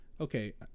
Okay